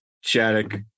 Shattuck